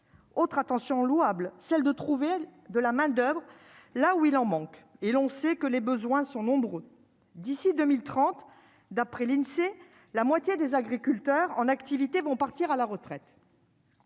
autre attention louable, celle de trouver de la main d'oeuvre et là où il en manque et l'on sait que les besoins sont nombreux d'ici 2030 d'après l'Insee, la moitié des agriculteurs en activité vont partir à la retraite.